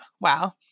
Wow